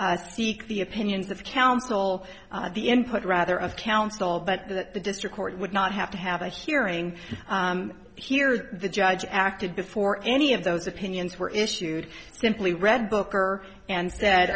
should seek the opinions of counsel of the input rather of counsel but that the district court would not have to have a hearing here or the judge acted before any of those opinions were issued simply read booker and that